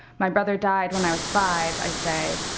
my brother died when i was five i say.